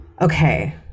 Okay